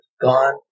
gone